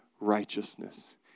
righteousness